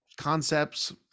concepts